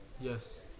yes